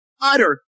utter